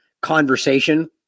conversation